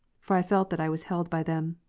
for i felt that i was held by them.